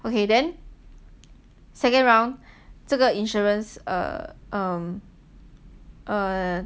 okay then second round 这个 insurance err um err